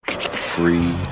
Free